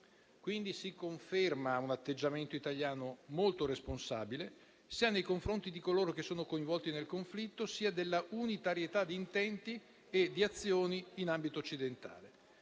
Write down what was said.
quindi un atteggiamento italiano molto responsabile nei confronti sia di coloro che sono coinvolti nel conflitto, sia dell'unitarietà di intenti e di azioni in ambito occidentale.